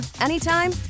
anytime